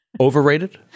Overrated